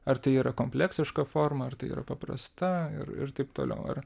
ar tai yra kompleksiška forma ar tai yra paprasta ir ir taip toliau ar